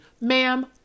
ma'am